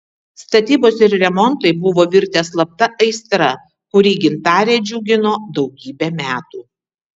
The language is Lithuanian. statybos ir remontai buvo virtę slapta aistra kuri gintarę džiugino daugybę metų